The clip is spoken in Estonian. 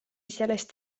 sellest